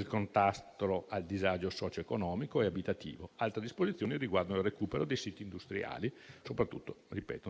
il contrasto del disagio socioeconomico e abitativo; altre disposizioni riguardano il recupero dei siti industriali, soprattutto